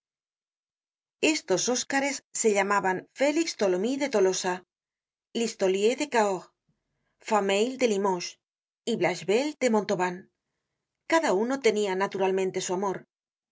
estos oseares se llamaban félix tholomyes de tolosa listolier de cahors fameuil de limoges y blachevelle de montauban cada uno tenia naturalmente su amor